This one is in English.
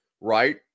Right